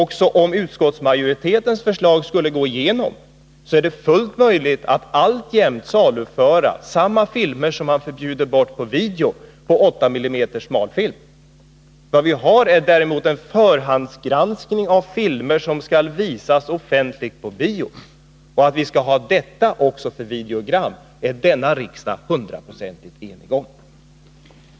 Också om utskottsmajoritetens förslag skulle gå igenom, är det nämligen fullt möjligt att alltjämt saluföra på 8 mm smalfilm samma bilder som man förbjuder när det gäller video. Vad vi har är däremot en förhandsgranskning av filmer som skall visas offentligt på bio. Att vi skall ha en sådan granskning också i fråga om videogram är denna riksdag hundraprocentigt enig om.